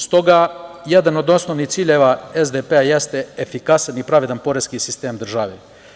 Stoga, jedan od osnovnih ciljeva SDP jeste efikasan i pravedan poreski sistem države.